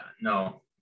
no